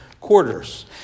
quarters